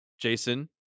Jason